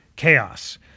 chaos